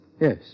Yes